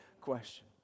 question